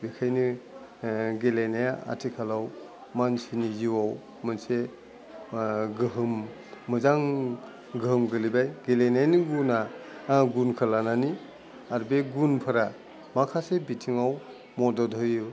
बेखायनो गेलेनाया आथिखालाव मानसिनि जिवाव मोनसे गोहोम मोजां गोहोम गोलैबाय गेलेनायनि गुना गुनखो लानानै आर बे गुनफोरा माखासे बिथिङाव मदद होयो